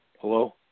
Hello